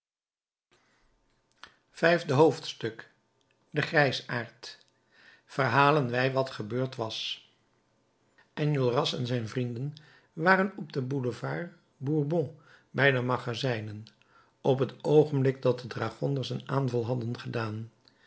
vijfde hoofdstuk de grijsaard verhalen wij wat gebeurd was enjolras en zijn vrienden waren op den boulevard bourdon bij de magazijnen op het oogenblik dat de dragonders een aanval hadden gedaan